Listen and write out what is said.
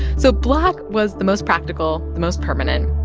so black was the most practical, the most permanent.